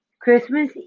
Christmas